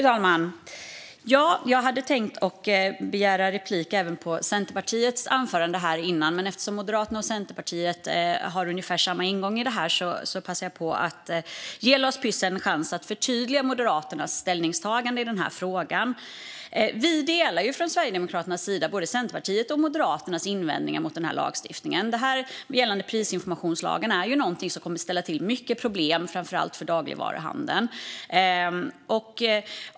Fru talman! Jag hade tänkt att begära replik även på Centerpartiets anförande, men eftersom Moderaterna och Centerpartiet har ungefär samma ingång passar jag på att ge Lars Püss en chans att förtydliga Moderaternas ställningstagande i frågan. Vi från Sverigedemokraterna delar både Centerpartiets och Moderaternas invändningar mot lagstiftningen. Det som gäller prisinformationslagen är något som kan ställa till mycket problem för framför allt dagligvaruhandeln.